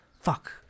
fuck